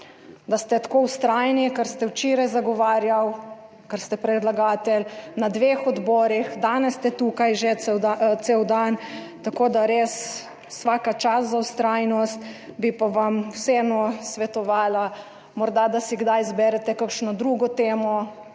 da ste tako vztrajni kar ste včeraj zagovarjal ker ste predlagatelj na dveh odborih, danes ste tukaj že cel dan, tako da res vsaka čas za vztrajnost. Bi pa vam vseeno svetovala morda, da si kdaj izberete kakšno drugo temo,